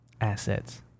Assets